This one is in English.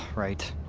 right